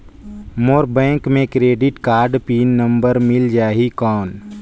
मोर bank मे credit card pin number मिल जाहि कौन?